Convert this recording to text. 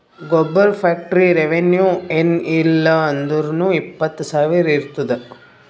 ಗೊಬ್ಬರ factory revenue ಏನ್ ಇಲ್ಲ ಅಂದುರ್ನೂ ಇಪ್ಪತ್ತ್ ಸಾವಿರ ಇರ್ತುದ್